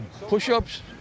push-ups